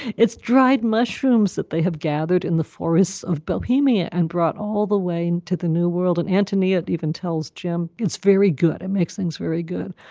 it's dried mushrooms that they have gathered in the forests of bohemia and brought all the way to the new world. and anthony even tells jim it's very good. it makes things very good.